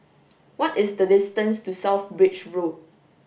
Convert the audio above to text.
what is the distance to South Bridge Road